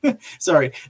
sorry